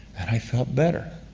and i felt better.